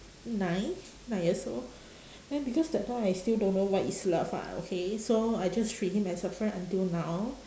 nine nine years old then because that time I still don't know what is love ah okay so I just treat him as a friend until now